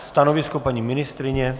Stanovisko paní ministryně?